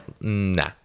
nah